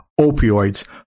opioids